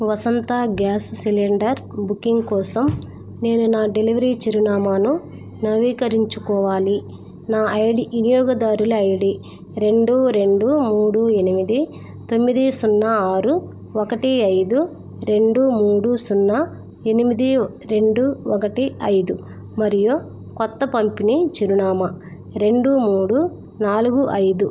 వసంత gas cylinder booking కోసం నేను నా డెలివరీ చిరునామాను నవీకరించుకోవాలి నా ఐడి వినియోగదారుల ఐడి రెండు రెండు మూడు ఎనిమిది తొమ్మిది సున్నా ఆరు ఒకటి ఐదు రెండు మూడు సున్నా ఎనిమిది రెండు ఒకటి ఐదు మరియు క్రొత్త పంపిణీ చిరునామా రెండు మూడు నాలుగు ఐదు